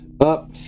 up